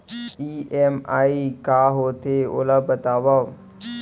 EMI का होथे, ओला बतावव